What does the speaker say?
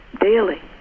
daily